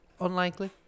Unlikely